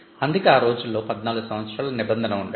అందుకే ఆ రోజుల్లో 14 సంవత్సరాల నిబంధన ఉండేది